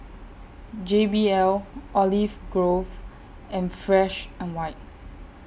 J B L Olive Grove and Fresh and White